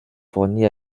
fournis